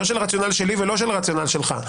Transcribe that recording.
לא של רציונל שלי ולא של רציונל שלך,